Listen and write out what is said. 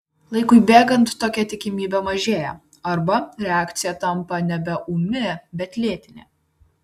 laikui bėgant tokia tikimybė mažėja arba reakcija tampa nebe ūmi bet lėtinė